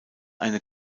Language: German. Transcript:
eine